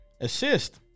assist